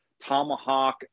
tomahawk